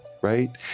right